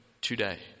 today